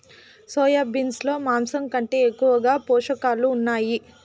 soya beans లో మాంసం కంటే ఎక్కువగా పోషకాలు ఉన్నాయి